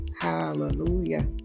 Hallelujah